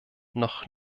noch